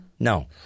No